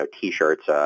T-shirts